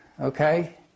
okay